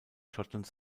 schottland